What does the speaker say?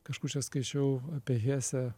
kažkur čia skaičiau apie hesę